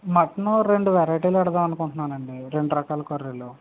mutton రెండు వెరైటీలు పెడదామనుకుంటున్నానండి రెండు రకాల కర్రీలు